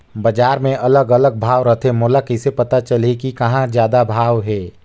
बजार मे अलग अलग भाव रथे, मोला कइसे पता चलही कि कहां जादा भाव हे?